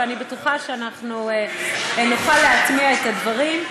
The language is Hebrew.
ואני בטוחה שאנחנו נוכל להטמיע את הדברים.